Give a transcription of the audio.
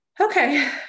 Okay